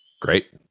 Great